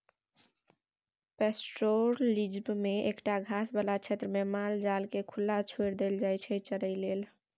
pastoralism मे एकटा घास बला क्षेत्रमे माल जालकेँ खुला छोरि देल जाइ छै चरय लेल